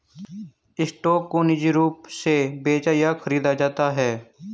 stock को निजी रूप से बेचा या खरीदा जाता है